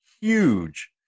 huge